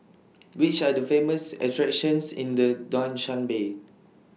Which Are The Famous attractions in The Dushanbe